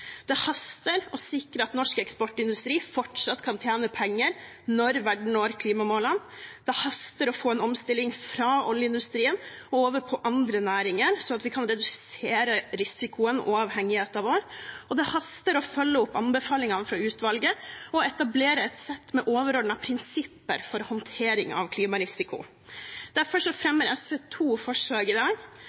Det haster å sikre at norsk eksportindustri fortsatt kan tjene penger når verden når klimamålene, det haster å få en omstilling fra oljeindustrien og over på andre næringer, sånn at vi kan redusere risikoen og avhengigheten vår, og det haster å følge opp anbefalingene fra utvalget og etablere et sett med overordnede prinsipper for håndtering av klimarisiko. Derfor fremmer SV to forslag i dag